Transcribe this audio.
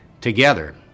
together